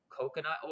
coconut